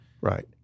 Right